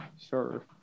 Sure